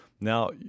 Now